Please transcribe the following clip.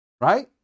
Right